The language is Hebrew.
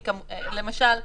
למשל,